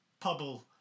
Pubble